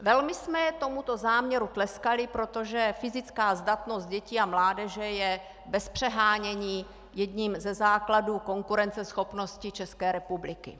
Velmi jsme tomuto záměru tleskali, protože fyzická zdatnost dětí a mládeže je bez přehánění jedním ze základů konkurenceschopnosti České republiky.